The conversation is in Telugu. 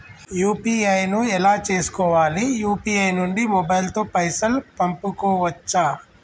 యూ.పీ.ఐ ను ఎలా చేస్కోవాలి యూ.పీ.ఐ నుండి మొబైల్ తో పైసల్ పంపుకోవచ్చా?